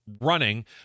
running